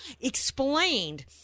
explained